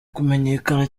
kumenyekana